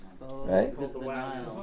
Right